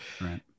Right